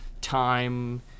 time